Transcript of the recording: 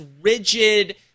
rigid